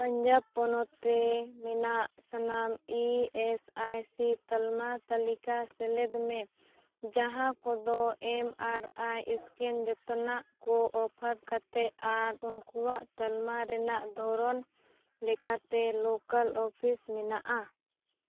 ᱯᱟᱧᱡᱟᱵᱽ ᱯᱚᱱᱚᱛᱨᱮ ᱢᱮᱱᱟᱜ ᱥᱟᱱᱟᱢ ᱤ ᱮᱥ ᱟᱭ ᱥᱤ ᱛᱟᱞᱢᱟ ᱛᱟᱹᱞᱤᱠᱟ ᱥᱮᱞᱮᱫ ᱢᱮ ᱡᱟᱦᱟᱸᱠᱚᱫᱚ ᱮᱢ ᱟᱨ ᱟᱭ ᱥᱠᱮᱱ ᱡᱚᱛᱚᱱᱟᱜᱠᱚ ᱚᱯᱷᱟᱨ ᱠᱟᱛᱮᱫ ᱟᱨ ᱩᱱᱠᱚᱣᱟᱜ ᱴᱟᱞᱢᱟ ᱨᱮᱱᱟᱜ ᱫᱷᱚᱨᱚᱱ ᱞᱮᱠᱟᱛᱮ ᱞᱳᱠᱟᱞ ᱚᱯᱷᱤᱥ ᱢᱮᱱᱟᱜᱼᱟ